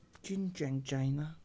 ching chang China